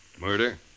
murder